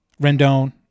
Rendon